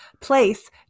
place